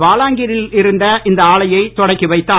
பாலாங்கீரில் இருந்து இந்த ஆலையை தொடங்கி வைத்தார்